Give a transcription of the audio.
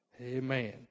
Amen